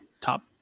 top